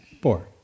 Four